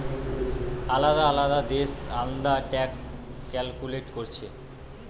আলদা আলদা দেশ আলদা ট্যাক্স ক্যালকুলেট কোরছে